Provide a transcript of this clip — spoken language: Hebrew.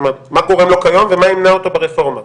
מה גורם לו כיום ומה ימנע אותו ברפורמה?